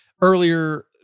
earlier